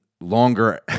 longer